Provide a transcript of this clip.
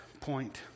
point